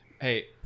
hey